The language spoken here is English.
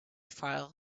file